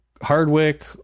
hardwick